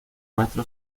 maestro